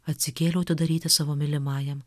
atsikėliau atidaryti savo mylimajam